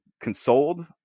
consoled